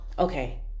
Okay